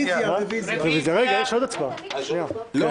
הוא